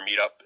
meetup